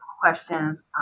questions